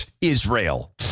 Israel